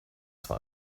zwar